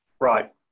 Right